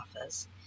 office